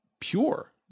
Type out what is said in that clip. pure